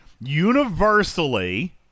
Universally